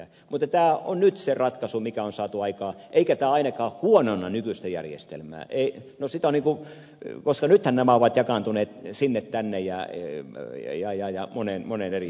mutta tämä on nyt se ratkaisu mikä on saatu aikaan eikä tämä ainakaan huononna nykyistä järjestelmää koska nythän nämä ovat jakaantuneet sinne tänne ja moneen eri paikkaan